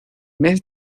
mes